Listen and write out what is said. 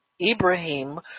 Ibrahim